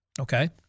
okay